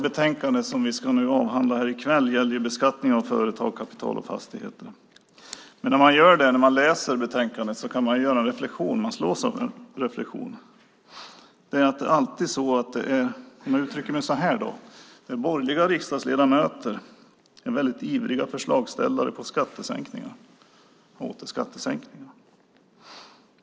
Betänkandet som vi ska avhandla här i kväll gäller beskattning av företag, kapital och fastigheter, men när man läser betänkandet kan man göra en reflexion, att borgerliga riksdagsledamöter är väldigt ivriga förslagsställare när det gäller skattesänkningar och åter skattesänkningar.